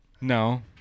No